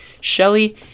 Shelly